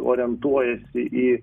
orientuojasi į